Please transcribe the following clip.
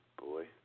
boy